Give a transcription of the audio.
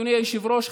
אדוני היושב-ראש,